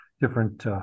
different